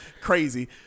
crazy